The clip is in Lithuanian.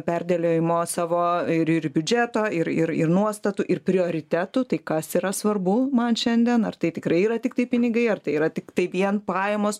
perdėliojimo savo ir ir biudžeto ir ir ir nuostatų ir prioritetų tai kas yra svarbu man šiandien ar tai tikrai yra tiktai pinigai ar tai yra tiktai vien pajamos